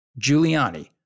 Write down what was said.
Giuliani